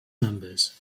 numbers